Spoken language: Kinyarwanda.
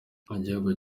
igihugu